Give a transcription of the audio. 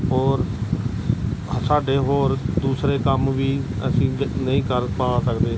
ਔਰ ਸਾਡੇ ਹੋਰ ਦੂਸਰੇ ਕੰਮ ਵੀ ਅਸੀਂ ਜ ਨਹੀਂ ਕਰ ਪਾ ਸਕਦੇ